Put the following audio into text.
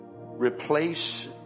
replace